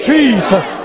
Jesus